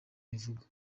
abivuga